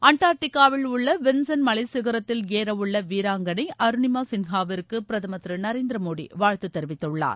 அண்டா்டிகாவில் உள்ள வின்சன் மலைச்சிகரத்தில் ஏறவுள்ள வீராங்கனை அருளிமா சின்ஹாவிற்கு பிரதமர் திரு நரேந்திர மோடி வாழ்த்து தெரிவித்துள்ளார்